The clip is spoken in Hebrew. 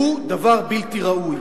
שהוא דבר בלתי ראוי.